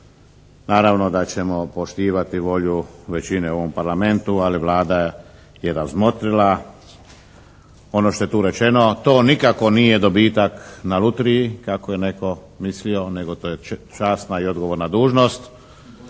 Naravno da ćemo poštivati volju većine u ovom Parlamentu ali Vlada je razmotrila. Ono što je tu rečeno to nikako nije dobitak na lutriji, kako je netko mislio, nego je to časna i odgovorna dužnost.